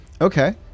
Okay